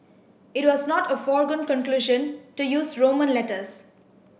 it was not a foregone conclusion to use Roman letters